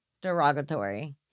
Derogatory